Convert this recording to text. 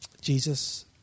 Jesus